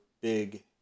big